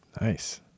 Nice